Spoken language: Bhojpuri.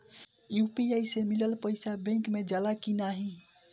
यू.पी.आई से मिलल पईसा बैंक मे जाला की नाहीं?